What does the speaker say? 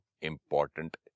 important